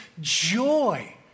joy